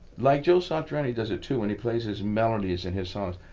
like joe satriani does it too when he plays his melodies in his songs,